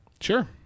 Sure